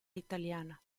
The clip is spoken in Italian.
italiana